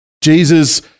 Jesus